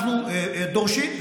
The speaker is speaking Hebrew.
אנחנו דורשים,